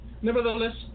Nevertheless